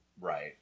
right